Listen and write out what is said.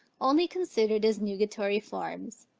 only considered as nugatory forms,